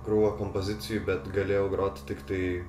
krūvą kompozicijų bet galėjau groti tiktai